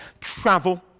travel